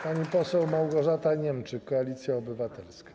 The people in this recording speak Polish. Pani poseł Małgorzata Niemczyk, Koalicja Obywatelska.